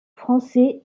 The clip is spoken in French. français